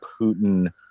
Putin